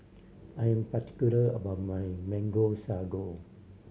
I am particular about my Mango Sago